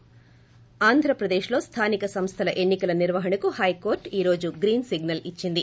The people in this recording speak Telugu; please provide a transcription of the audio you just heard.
ి ఆంధ్రప్రదేశ్లో స్థానిక సంస్థల ఎన్ని కల నిర్వాహణకు హైకోర్టు ఈ రోజు గ్రీన్ సిగ్పల్ ఇచ్సింది